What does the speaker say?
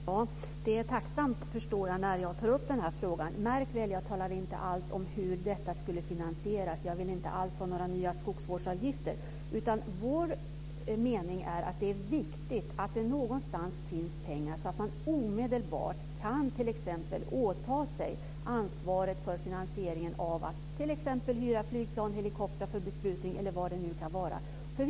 Fru talman! Jag förstår att det är tacknämligt att jag tar upp den här frågan. Märk väl att jag inte alls talade om hur detta skulle finansieras. Jag vill inte alls ha några nya skogsvårdsavgifter. Vår mening är den att det är viktigt att det någonstans finns pengar så att man omedelbart t.ex. kan åta sig ansvaret för finansieringen av att hyra flygplan eller helikoptrar för besprutning eller vad det kan vara fråga om.